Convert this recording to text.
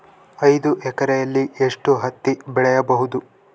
ಐದು ಎಕರೆಯಲ್ಲಿ ಎಷ್ಟು ಹತ್ತಿ ಬೆಳೆಯಬಹುದು?